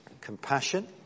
compassion